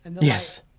Yes